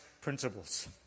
principles